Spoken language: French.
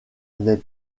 n’est